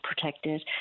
protected